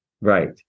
Right